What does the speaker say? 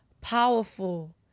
powerful